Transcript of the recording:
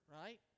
right